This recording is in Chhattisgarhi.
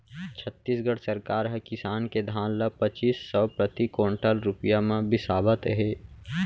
छत्तीसगढ़ सरकार ह किसान के धान ल पचीस सव प्रति कोंटल रूपिया म बिसावत हे